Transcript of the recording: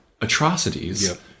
atrocities